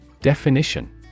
Definition